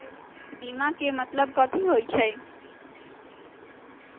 बीमा के मतलब कथी होई छई?